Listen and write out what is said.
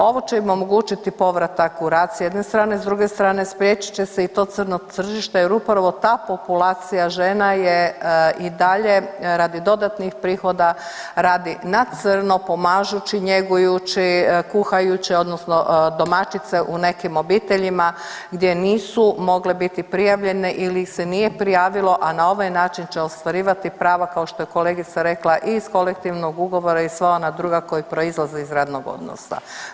Ovo će im omogućiti povratak u rad s jedne strane, s druge strane spriječit će se i to crno tržište jer upravo ta populacija žena je i dalje radi dodatnih prihoda radi na crno pomažući, njegujući, kuhajući odnosno domaćice u nekim obiteljima gdje nisu mogle biti prijavljene ili ih se nije prijavilo, a na ovaj način će ostvarivati prava kao što je kolegica rekla iz kolektivnog ugovora i sva ona druga koja proizlaze iz radnog odnosa.